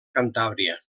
cantàbria